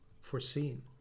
foreseen